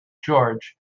george